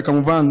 וכמובן,